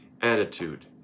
attitude